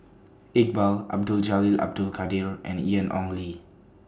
Iqbal Abdul Jalil Abdul Kadir and Ian Ong Li